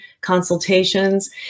consultations